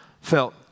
felt